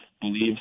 believe